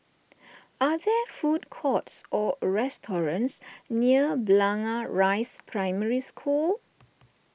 are there food courts or restaurants near Blangah Rise Primary School